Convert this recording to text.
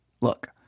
look